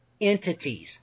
entities